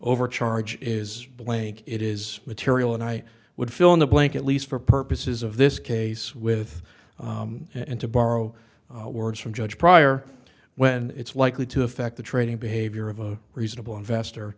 overcharge is blank it is material and i would fill in the blank at least for purposes of this case with and to borrow words from judge pryor when it's likely to affect the trading behavior of a reasonable investor